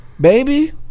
baby